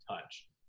touch